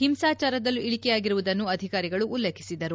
ಹಿಂಸಾಚಾರದಲ್ಲೂ ಇಳಿಕೆಯಾಗಿರುವುದನ್ನು ಅಧಿಕಾರಿಗಳು ಉಲ್ಲೇಖಿಸಿದರು